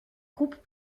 croupe